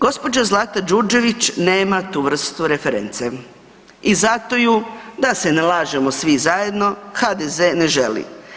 Gđa. Zlata Đurđević nema tu vrstu reference i zato ju, da se ne lažemo svi zajedno, HDZ ne želi.